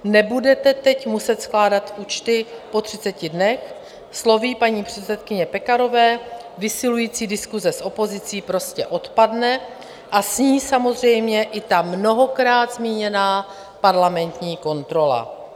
Nebudete teď muset skládat účty po 30 dnech, slovy paní předsedkyně Pekarové, vysilující diskuse s opozicí prostě odpadne a s ní samozřejmě i ta mnohokrát zmíněná parlamentní kontrola.